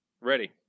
Ready